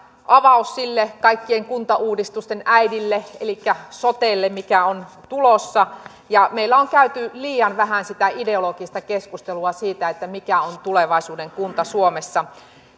avaus sille kaikkien kuntauudistusten äidille elikkä sotelle mikä on tulossa meillä on käyty liian vähän sitä ideologista keskustelua siitä mikä on tulevaisuuden kunta suomessa